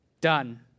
done